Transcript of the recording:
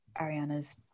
Ariana's